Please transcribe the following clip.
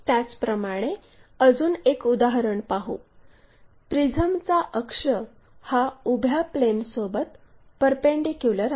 त्याचप्रमाणे अजून एक उदाहरण पाहू प्रिझमचा अक्ष हा उभ्या प्लेनसोबत परपेंडीक्युलर आहे